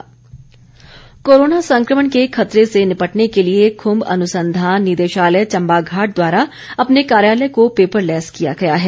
खुंम corona संक्रमण के खतरे से निपटने के लिए खूंम अनुसंघान निदेशालय चंबाघाट द्वारा अपने कार्यालय को पेपर लेस किया गया है